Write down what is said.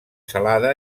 salada